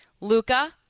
Luca